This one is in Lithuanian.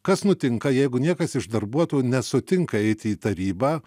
kas nutinka jeigu niekas iš darbuotojų nesutinka eiti į tarybą